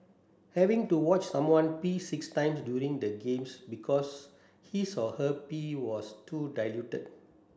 having to watch someone pee six times during the games because his or her pee was too diluted